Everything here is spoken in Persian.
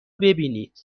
ببینید